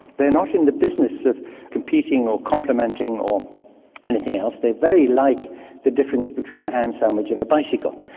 they are not in the business of competing or complementing or anything else, they are very like the difference between a ham sandwich and a bicycle.